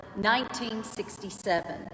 1967